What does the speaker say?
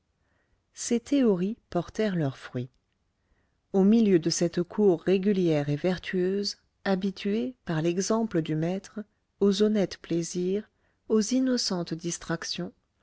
ces théories portèrent leurs fruits au milieu de cette cour régulière et vertueuse habituée par l'exemple du maître aux honnêtes plaisirs aux innocentes distractions